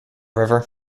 river